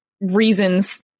reasons